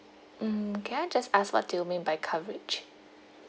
mm can I just ask what do you mean by coverage